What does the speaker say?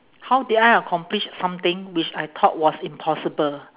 how did I accomplish something which I thought was impossible